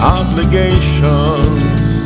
obligations